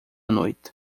noite